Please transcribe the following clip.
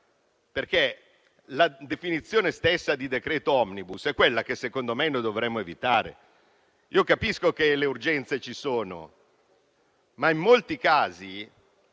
La definizione stessa di decreto *omnibus* è quella che - secondo me - dovremmo evitare. Capisco che le urgenze ci sono, ma in molti casi